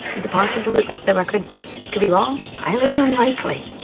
is it possible that the record could be wrong? highly unlikely.